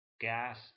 gas